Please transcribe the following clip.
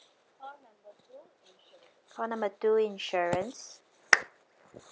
call number two insurance